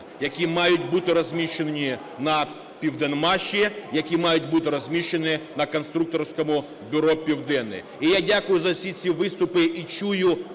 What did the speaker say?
які мають бути розміщені на "Південмаші", які мають бути розміщенні на Конструкторському бюро "Південне". І я дякую за всі ці виступи. І чую